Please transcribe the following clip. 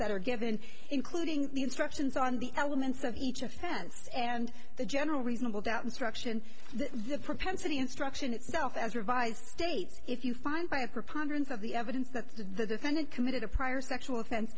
that are given including the instructions on the elements of each offense and the general reasonable doubt instruction the propensity instruction itself as revised states if you find by a preponderance of the evidence that the defendant committed a prior sexual offense